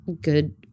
good